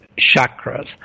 chakras